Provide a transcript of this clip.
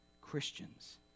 Christians